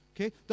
okay